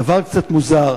דבר קצת מוזר.